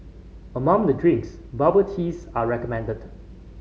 among the drinks bubble teas are recommended